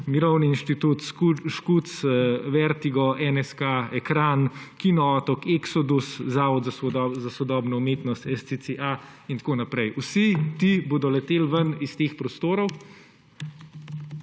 Mirovni inštitut, Škuc, Vertigo, NSK, Ekran, Kino Otok, Exodus, Zavod za sodobno umetnost SCCA in tako naprej. Vsi ti bodo leteli ven iz teh prostorov